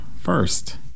first